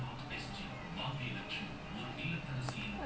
err twenty eight ya